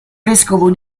vescovo